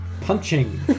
Punching